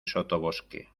sotobosque